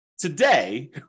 Today